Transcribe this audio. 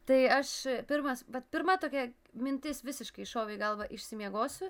tai aš pirmas bet pirma tokia mintis visiškai šovė į galvą išsimiegosiu